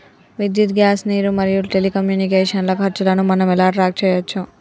విద్యుత్ గ్యాస్ నీరు మరియు టెలికమ్యూనికేషన్ల ఖర్చులను మనం ఎలా ట్రాక్ చేయచ్చు?